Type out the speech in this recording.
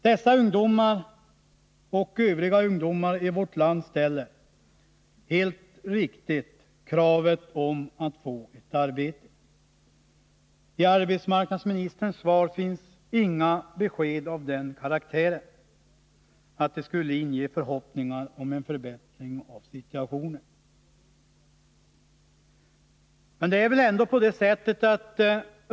Dessa ungdomar och övriga ungdomar i vårt land ställer, helt riktigt, kravet att få ett arbete. I arbetsmarknadsministerns svar finns inga besked av den karaktären att de kan inge förhoppningar om en förbättring av situationen.